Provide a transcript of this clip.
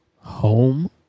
Home